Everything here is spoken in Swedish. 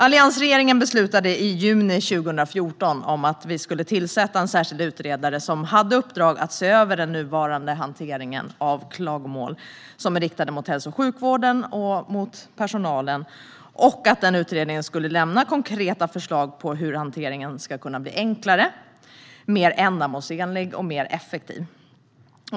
Alliansregeringen beslutade i juni 2014 att vi skulle tillsätta en särskild utredare som hade i uppdrag att se över den nuvarande hanteringen av klagomål mot hälso och sjukvården och personalen. Den utredningen skulle lämna konkreta förslag på hur hanteringen ska kunna bli enklare, mer ändamålsenlig och mer effektiv.